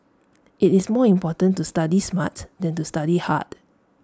IT is more important to study smart than to study hard